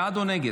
בעד או נגד?